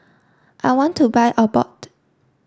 I want to buy Abbott